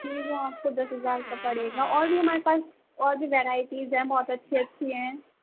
جی وہ آپ کو دس ہزار کا پڑے گا اور بھی ہمارے پاس اور بھی ویرائٹیز ہیں بہت اچھی اچھی ہیں